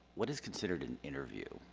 what is considered an interview?